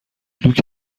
دوگ